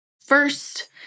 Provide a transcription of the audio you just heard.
First